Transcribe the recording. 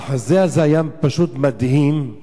המחזה הזה היה פשוט מדהים.